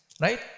Right